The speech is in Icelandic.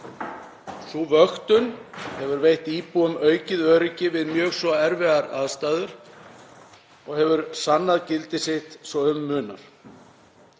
Sú vöktun hefur veitt íbúum aukið öryggi við mjög svo erfiðar aðstæður og hefur sannað gildi sitt svo um munar.